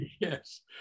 Yes